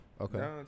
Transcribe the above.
Okay